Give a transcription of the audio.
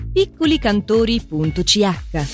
piccolicantori.ch